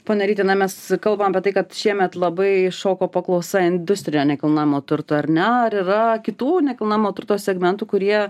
pone ryti na mes kalbam apie tai kad šiemet labai šoko paklausa industrinio nekilnojamo turto ar ne ar yra kitų nekilnojamo turto segmentų kurie